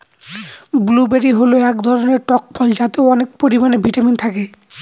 blueberry হল এক ধরনের টক ফল যাতে অনেক পরিমানে ভিটামিন থাকে